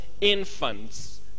infants